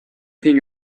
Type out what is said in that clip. think